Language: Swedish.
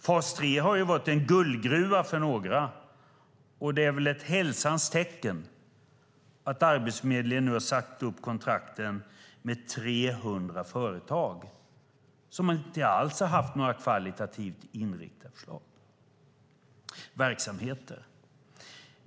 Fas 3 har varit en guldgruva för några, och det är väl ett hälsans tecken att Arbetsförmedlingen nu har sagt upp kontrakten med 300 företag, som inte alls har haft några kvalitativt inriktade verksamheter.